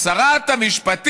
אז שרת המשפטים,